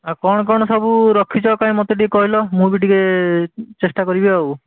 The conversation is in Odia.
ଆଉ କ'ଣ କ'ଣ ସବୁ ରଖିଛ ମୋତେ କାଇଁ ଟିକିଏ କହିଲ ମୁଁ ବି ଟିକିଏ ଚେଷ୍ଟା କରିବି ଆଉ